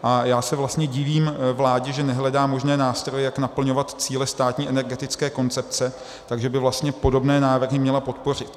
A já se vlastně divím vládě, že nehledá možné nástroje, jak naplňovat cíle státní energetické koncepce, takže by vlastně podobné návrhy měla podpořit.